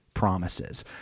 promises